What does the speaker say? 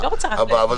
אני לא רוצה רק להגיד.